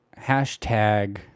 hashtag